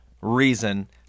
reason